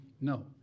no